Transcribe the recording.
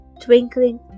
twinkling